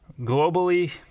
globally